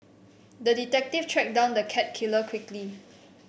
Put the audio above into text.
the detective tracked down the cat killer quickly